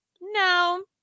no